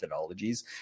methodologies